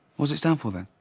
what's it stand for, then?